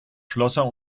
schlosser